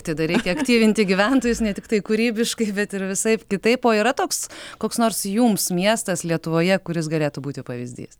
tada reikia aktyvinti gyventojus ne tiktai kūrybiškai bet ir visaip kitaip o yra toks koks nors jums miestas lietuvoje kuris galėtų būti pavyzdys